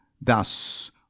Thus